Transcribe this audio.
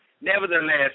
nevertheless